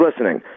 listening